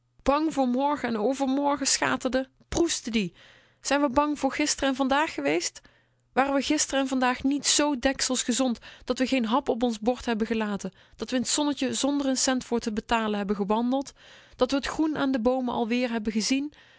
bang voor morgen en overmorgen schaterde proestte ie zijn we bang voor gister en vandaag geweest waren we gister en vandaag niet zoo deksels gezond dat we geen hap op ons bord hebben gelaten dat we in t zonnetje zonder r n cent voor te betalen hebben gewandeld dat we t groen aan de boomen alweer hebben gezien